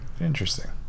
Interesting